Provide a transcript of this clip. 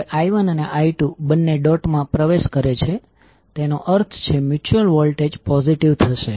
હવે i1અને i2બંને ડોટ માં પ્રવેશ કરે છે તેનો અર્થ છે મ્યુચ્યુઅલ વોલ્ટેજ પોઝિટિવ થશે